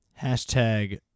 Hashtag